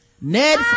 Ned